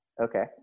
okay